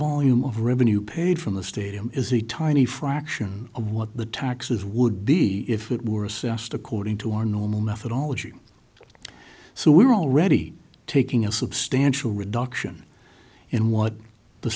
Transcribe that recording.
volume of revenue paid from the stadium is a tiny fraction of what the taxes would be if it were assessed according to our normal methodology so we are already taking a substantial reduction in what the